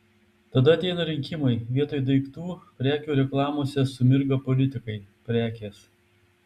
tada ateina rinkimai vietoj daiktų prekių reklamose sumirga politikai prekės